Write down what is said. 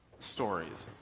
stories,